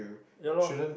ya loh